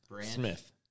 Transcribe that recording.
Smith